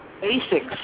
basics